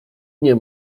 nie